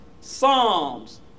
Psalms